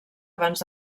abans